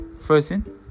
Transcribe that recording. Frozen